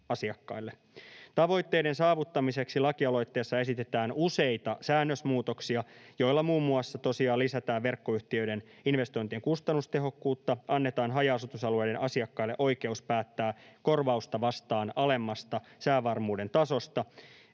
Tavoitteiden saavuttamiseksi lakialoitteessa esitetään useita säännösmuutoksia, joilla tosiaan muun muassa lisätään verkkoyhtiöiden investointien kustannustehokkuutta, annetaan haja-asutusalueiden asiakkaille oikeus päättää korvausta vastaan alemmasta säävarmuuden tasosta,